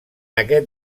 aquest